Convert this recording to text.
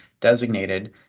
designated